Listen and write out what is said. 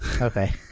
Okay